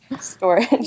storage